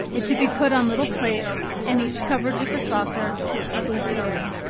it should be put on little plates, and each covered with a saucer, to exclude the air.